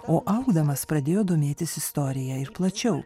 o augdamas pradėjo domėtis istorija ir plačiau